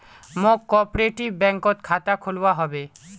मौक कॉपरेटिव बैंकत खाता खोलवा हबे